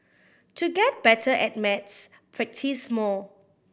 to get better at maths practise more